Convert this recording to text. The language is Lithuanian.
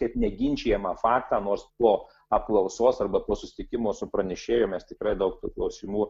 kaip neginčijamą faktą nors po apklausos arba po susitikimo su pranešėju mes tikrai daug tų klausimų